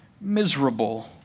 miserable